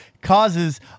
causes